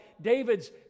David's